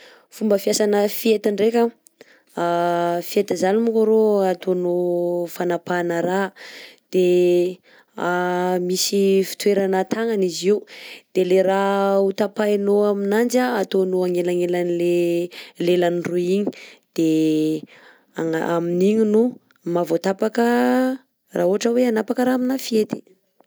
Fomba fiasana fiety ndreka: fiety zany moko arao ataonao fanapahana raha de misy fitoerana tagnana izy io, de le raha hotapahinao aminanjy ataonao agnelagnelan'ny le lelan'ny roy igny de de ana- amin'igny no mahavaotapaka raha ohatra hoe hanapaka raha amin'ny fiety.